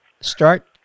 start